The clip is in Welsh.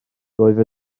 roedd